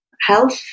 health